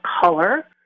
color